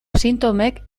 sintomek